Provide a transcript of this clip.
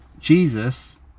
jesus